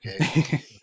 okay